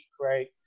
right